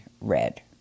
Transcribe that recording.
red